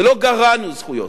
ולא גרענו זכויות.